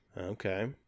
okay